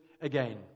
again